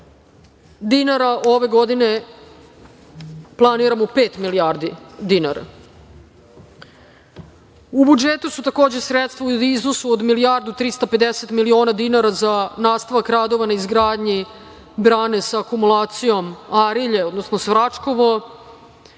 dinara. Ove godine planiramo pet milijardi dinara.U budžetu su takođe sredstva od milijardu 350 miliona dinara za nastavak radova na izgradnji brane sa akumulacijom Arilje, odnosno Svračkovo,